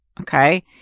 okay